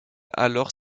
alors